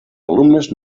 alumnes